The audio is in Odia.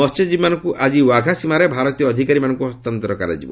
ମସ୍ୟଜୀବୀମାନଙ୍କୁ ଆଜି ୱାଘା ସୀମାରେ ଭାରତୀୟ ଅଧିକାରୀମାନଙ୍କୁ ହସ୍ତାନ୍ତର କରାଯିବ